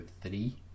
three